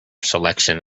selection